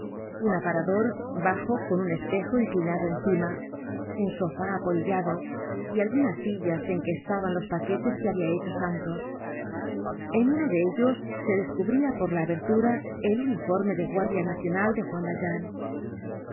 un aparador bajo con un espejo inclinado encima un sofá apolillado y algunas sillas en que estaban los paquetes que habia hecho santos en uno de ellos se descubria por la abertura el uniforme de guardia nacional de juan valjean